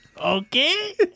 okay